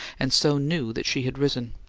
and so knew that she had risen.